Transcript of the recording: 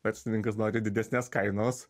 verslininkas nori didesnės kainos